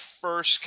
first